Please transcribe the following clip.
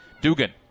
Dugan